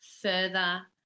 further